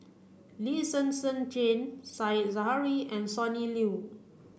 Lee Zhen Zhen Jane Said Zahari and Sonny Liew